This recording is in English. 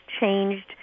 changed